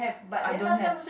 I don't have